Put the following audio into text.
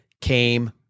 came